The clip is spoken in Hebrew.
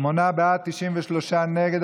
שמונה בעד, 93 נגד.